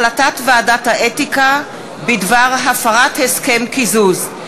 החלטת ועדת האתיקה בדבר הפרת הסכם קיזוז.